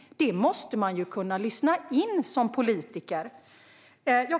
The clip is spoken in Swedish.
Detta måste man som politiker kunna lyssna in.